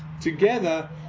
together